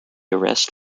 arrest